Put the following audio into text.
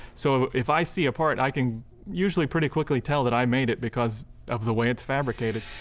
so if i see a part, i can usually pretty quickly tell that i made it because of the way it's fabricated.